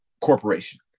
corporation